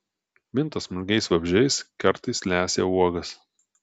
minta smulkiais vabzdžiais kartais lesa uogas